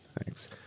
Thanks